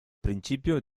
principio